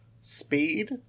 speed